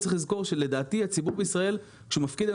צריך לזכור שכשהציבור בישראל מפקיד את